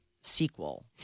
sequel